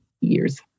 years